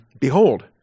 behold